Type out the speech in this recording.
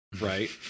Right